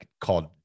called